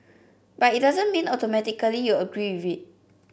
but it doesn't mean automatically you agree with it